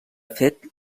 fet